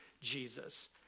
Jesus